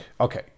okay